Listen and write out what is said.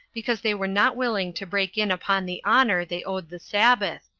because they were not willing to break in upon the honor they owed the sabbath,